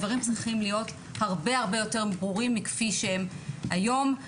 הדברים צריכים להיות הרבה הרבה יותר ברורים מכפי שהם היום.